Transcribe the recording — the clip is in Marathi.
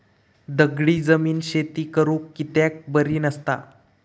दगडी जमीन शेती करुक कित्याक बरी नसता?